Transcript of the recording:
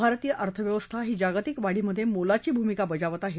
भारतीय अर्थव्यवस्था ही जागतिक वाढीमधे मोलाची भूमिका बजावत आहे